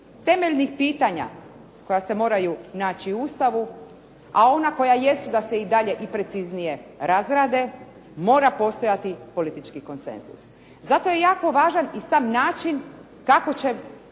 temeljnih pitanja koja se moraju naći u Ustavu, a ona koja jesu da se i dalje i preciznije razrade mora postojati politički konsenzus. Zato je jako važan i sam način kako će